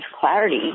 clarity